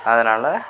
அதனால்